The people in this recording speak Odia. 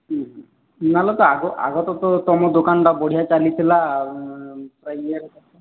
ହୁଁ ହୁଁ ନହେଲେ ତ ଆଗ ଆଗଟା ତ ତୁମ ଦୋକାନଟା ବଢ଼ିଆ ଚାଲି ଥିଲା ଆଉ ଇଏରେ